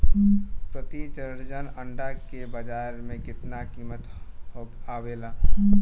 प्रति दर्जन अंडा के बाजार मे कितना कीमत आवेला?